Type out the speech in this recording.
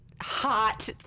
Hot